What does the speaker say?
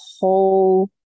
whole